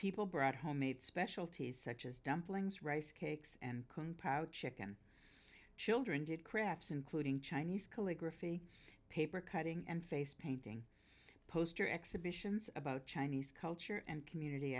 people brought homemade specialties such as dumplings rice cakes and chicken children did crafts including chinese calligraphy paper cutting and face painting poster exhibitions about chinese culture and community